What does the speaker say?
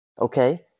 okay